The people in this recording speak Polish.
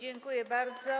Dziękuję bardzo.